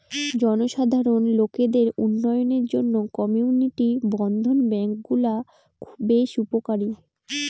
জনসাধারণ লোকদের উন্নয়নের জন্য কমিউনিটি বর্ধন ব্যাঙ্কগুলা বেশ উপকারী